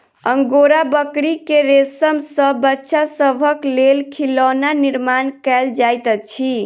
angora बकरी के रेशम सॅ बच्चा सभक लेल खिलौना निर्माण कयल जाइत अछि